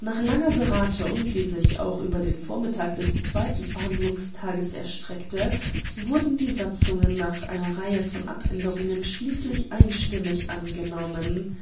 nach langer beratung die sich auch über den vormittag des zweiten verhandlungstages erstreckte wurden die satzungen nach einer reihe von abänderungen schließlich einstimmig angenommen